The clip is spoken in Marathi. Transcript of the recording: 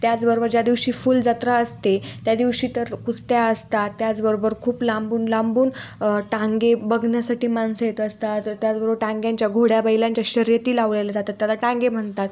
त्याचबरोबर ज्या दिवशी फुल जत्रा असते त्या दिवशी तर कुस्त्या असतात त्याचबरोबर खूप लांबून लांबून टांगे बघण्यासाठी माणसं येत असतात ज त्याचबरोबर टांग्यांच्या घोड्या बैलांच्या शर्यती लावल्या जातात त्याला टांगे म्हणतात